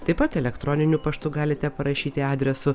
taip pat elektroniniu paštu galite parašyti adresu